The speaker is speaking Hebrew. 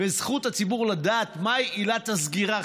וזכות הציבור לדעת מהי עילת הסגירה,